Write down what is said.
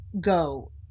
go